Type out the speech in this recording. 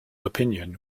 opinion